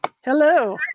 hello